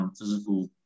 physical